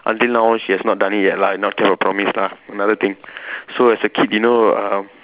until now she has not done it yet lah not kept her promise lah another thing so as a kid you know uh